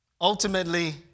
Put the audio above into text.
Ultimately